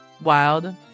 wild